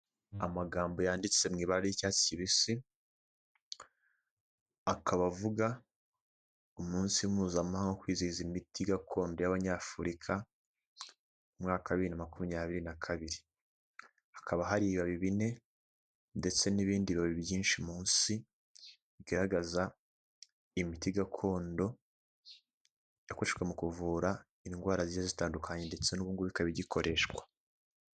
Amagambo yanditse mu ibara ry'icyatsi kibisi akaba avuga umunsi mpuzamahanga kwizihiza imiti gakondo y'Abanyafurika, mu mwaka wa bibirina makumyabiri na kabiri, hakaba hari bine ndetse n'ibindi byinshi munsi bigaragaza imiti gakondo yakoreshejwe mu kuvura indwara zigiye zitandukanye ndetse n'ubu bikaba bigikoreshwa.